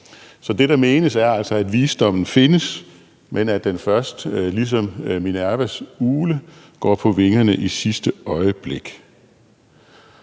Så det, der menes, er altså, at visdommen findes, men at den først ligesom Minervas ugle går på vingerne i sidste øjeblik.